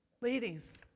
Ladies